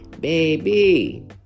baby